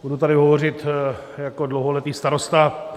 Budu tady hovořit jako dlouholetý starosta.